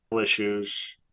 issues